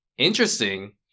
interesting